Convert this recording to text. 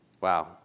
Wow